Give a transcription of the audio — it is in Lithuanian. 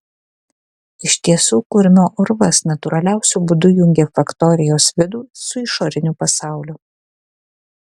iš tiesų kurmio urvas natūraliausiu būdu jungė faktorijos vidų su išoriniu pasauliu